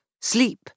sleep